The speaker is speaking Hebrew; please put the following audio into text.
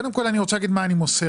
קודם כל אני רוצה להגיד מה אני מחזיר.